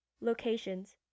Locations